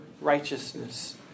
righteousness